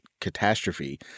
catastrophe